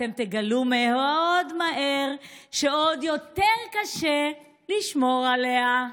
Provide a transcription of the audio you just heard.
אתם תגלו מהר מאוד שעוד יותר קשה לשמור עליה.